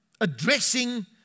addressing